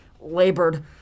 Labored